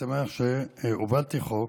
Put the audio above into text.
התשפ"ב 2022,